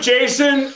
Jason